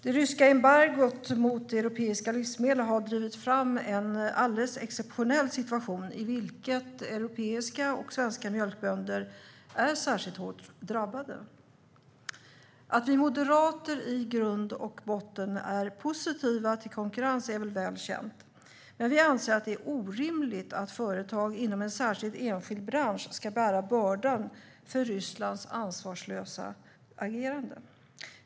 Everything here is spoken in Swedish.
Det ryska embargot mot europeiska livsmedel har drivit fram en exceptionell situation, där europeiska och svenska mjölkbönder är särskilt hårt drabbade. Att vi moderater i grund och botten är positiva till konkurrens är väl känt, men vi anser att det är orimligt att företag inom en särskild enskild bransch ska bära bördan för Rysslands ansvarslösa agerande.